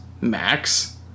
max